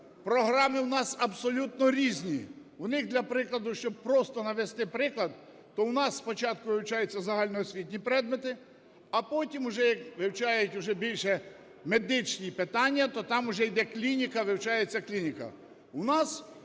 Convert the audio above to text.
Програми у нас абсолютно різні. У них, для прикладу, щоб просто навести приклад, то у нас спочатку вивчаються загальноосвітні предмети, а потім уже, як вивчають уже більше медичні питання, то там уже йде клініка, вивчається клініка.